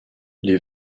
les